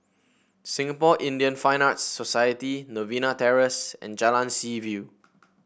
Singapore Indian Fine Arts Society Novena Terrace and Jalan Seaview